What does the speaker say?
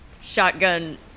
shotgun